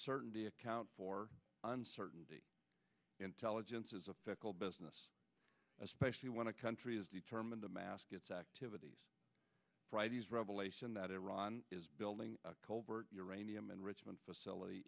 certainty account for uncertainty intelligence is a fickle business especially when a country is determined to mask its activities friday's revelation that iran is building a culvert uranium enrichment facility